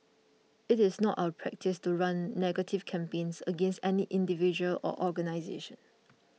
it is not our practice to run negative campaigns against any individual or organisation